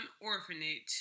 orphanage